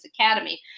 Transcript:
Academy